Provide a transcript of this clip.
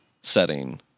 setting